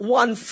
one